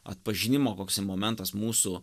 atpažinimo koksai momentas mūsų